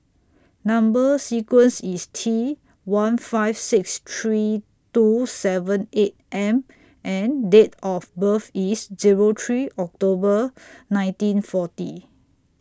Number sequence IS T one five six three two seven eight M and Date of birth IS Zero three October nineteen forty